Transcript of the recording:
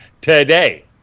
today